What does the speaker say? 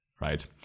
right